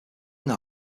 know